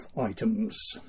items